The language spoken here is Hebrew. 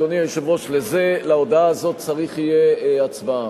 אדוני היושב-ראש, על הודעה הזאת צריך יהיה להצביע.